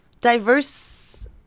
diverse